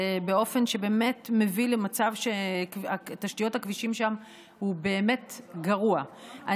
באופן שבאמת מביא למצב שתשתיות הכבישים שם הן באמת גרועות.